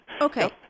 Okay